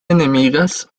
enemigas